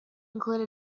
include